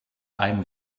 einem